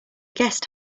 guest